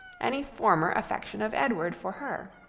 any former affection of edward for her.